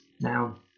now